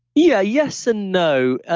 yeah. yes and no. ah